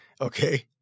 Okay